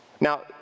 Now